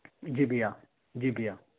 जी भइया जी भइया